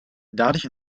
dadurch